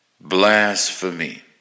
blasphemy